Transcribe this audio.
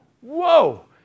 Whoa